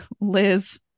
Liz